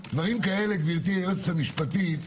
דברים כאלה, גברתי היועצת המשפטית,